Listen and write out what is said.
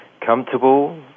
comfortable